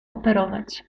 operować